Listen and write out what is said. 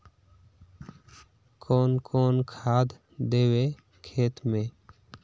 कौन कौन खाद देवे खेत में?